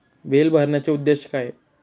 Bill भरण्याचे उद्देश काय?